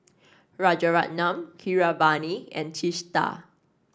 Rajaratnam Keeravani and Teesta